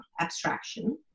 abstraction